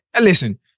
listen